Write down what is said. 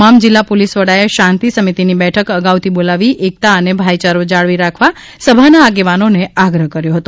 તમામ જિલ્લા પોલીસ વડાએ શાંતિ સમિતિની બેઠક અગાઉથી બોલાવી એકતા અને ભાઈયારો જાળવી રાખવા સભાના આગેવનાનોને આગ્રહ કર્યો હતો